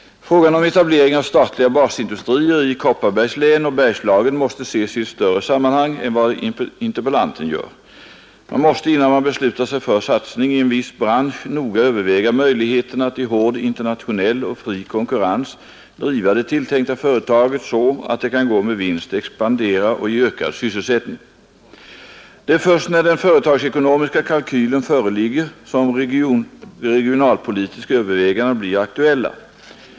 Frågan om etablering av statliga basindustrier i Kopparbergs län och Bergslagen måste ses i ett större sammanhang än vad interpellanten gör. Man måste innan man beslutar sig för satsning i en viss bransch noga överväga möjligheterna att i hård internationell och fri konkurrens driva det tilltänkta företaget så att det kan gå med vinst, expandera och ge ökad sysselsättning. Det är först när den företagsekonomiska kalkylen föreligger som regionalpolitiska överväganden blir aktuella.